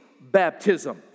baptism